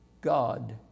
God